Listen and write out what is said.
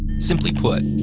simply put,